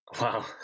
Wow